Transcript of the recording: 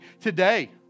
today